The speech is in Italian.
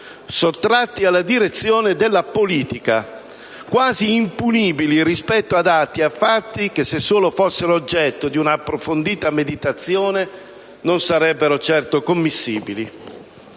sottratti alla direzione della politica, quasi impunibili rispetto ad atti e fatti che, se solo fossero oggetto di un'approfondita meditazione, non sarebbero certo commissibili.